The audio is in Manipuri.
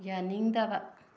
ꯌꯥꯅꯤꯡꯗꯕ